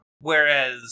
Whereas